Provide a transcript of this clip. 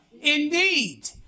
Indeed